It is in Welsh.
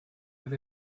oedd